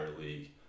league